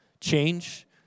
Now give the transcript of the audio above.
change